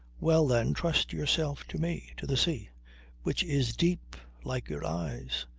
well, then trust yourself to me to the sea which is deep like your eyes.